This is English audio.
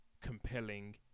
compelling